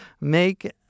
make